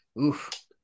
Oof